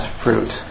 fruit